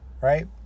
Right